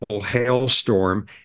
hailstorm